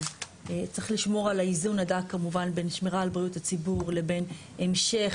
צריך לשמור על האיזון הדק כמובן בין השמירה על בריאות הציבור לבין המשך